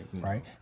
Right